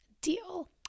deal